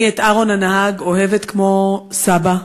אני, את אהרן הנהג אוהבת כמו סבא,